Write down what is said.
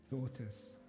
daughters